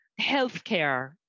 healthcare